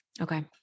okay